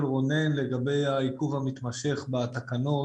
של רונן לגבי העיכוב המתמשך בתקנות,